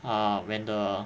ah when the